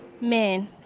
Men